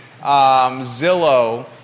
Zillow